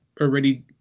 already